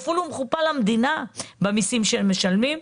כפול ומכופל למדינה במיסים שהם משלמים,